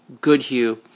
Goodhue